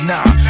Nah